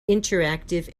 interactive